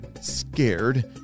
scared